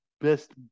best